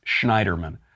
Schneiderman